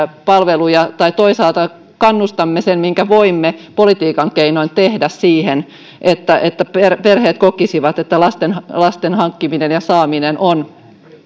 palveluja tai toisaalta kannustamme sen minkä voimme politiikan keinoin tehdä että että perheet kokisivat että lasten lasten hankkiminen ja saaminen on